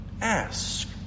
Ask